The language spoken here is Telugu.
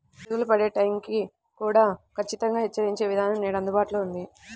పిడుగులు పడే టైం ని కూడా ఖచ్చితంగా హెచ్చరించే విధానం నేడు అందుబాటులో ఉంది